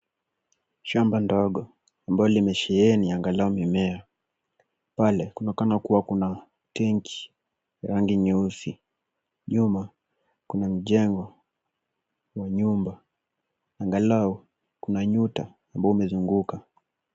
Shamba ndogo ambao limesheheni angalau mimea. Pale, kunaonekana kuwa na tenki rangi nyeusi. Nyuma kuna mjengo wa nyumba, angalau kuna nyuta ambao umezunguka.